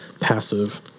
passive